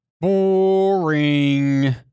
Boring